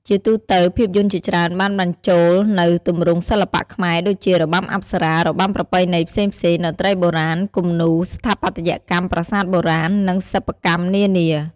ជាទូទៅភាពយន្តជាច្រើនបានបញ្ចូលនូវទម្រង់សិល្បៈខ្មែរដូចជា របាំអប្សរា របាំប្រពៃណីផ្សេងៗ តន្ត្រីបុរាណ គំនូរ ស្ថាបត្យកម្មប្រាសាទបុរាណ និងសិប្បកម្មនានា ។